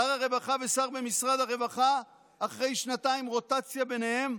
שר הרווחה ושר במשרד הרווחה אחרי רוטציה של שנתיים ביניהם,